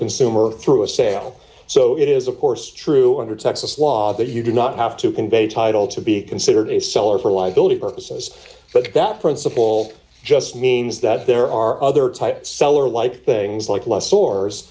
consumer through a sale so it is of course true under texas law that you do not have to convey title to be considered a seller for liability purposes but that principle just means that there are other types seller like things like l